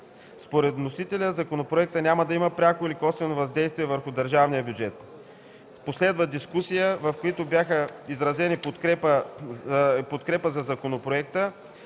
Според вносителя законопроектът няма да има пряко или косвено въздействие върху държавния бюджет. В последвалата дискусия бе изказана подкрепа за законопроекта,